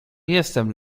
jestem